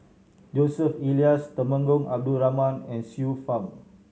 Joseph Elias Temenggong Abdul Rahman and Xiu Fang